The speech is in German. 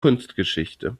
kunstgeschichte